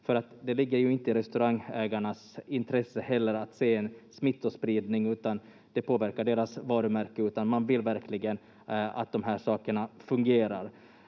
det ligger ju inte heller i restaurangägarnas intresse att se en smittospridning — det påverkar deras varumärke — utan man vill verkligen att de här sakerna fungerar.